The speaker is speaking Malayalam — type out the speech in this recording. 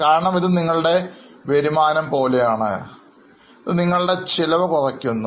കാരണം ഇത് നിങ്ങളുടെ വരുമാനം പോലെയാണ് ഇത് നിങ്ങളുടെ ചെലവ് കുറയ്ക്കുന്നു